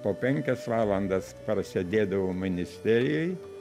po penkias valandas prasėdėdavau ministerijoj